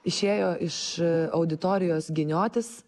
išėjo iš auditorijos giniotis